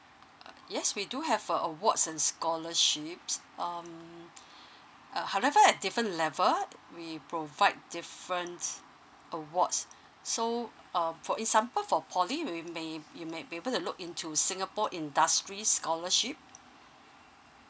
yes we do have aw~ awards and scholarships um uh however at different level we provide different awards so um for example for poly you may you may be able to look into singapore industries scholarship